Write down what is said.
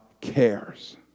cares